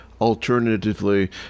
alternatively